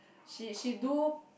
she she do